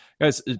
guys